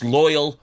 loyal